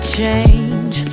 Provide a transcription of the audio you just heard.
change